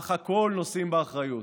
אך הכול נושאים באחריות".